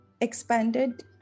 expanded